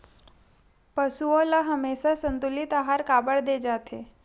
पशुओं ल हमेशा संतुलित आहार काबर दे जाथे?